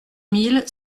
mille